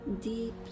deep